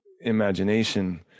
imagination